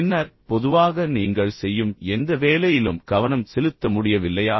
பின்னர் பொதுவாக நீங்கள் செய்யும் எந்த வேலையிலும் கவனம் செலுத்த முடியவில்லையா